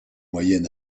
moyen